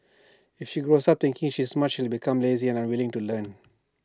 if she grows up thinking she's smart she'll become lazy and unwilling to learn